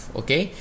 okay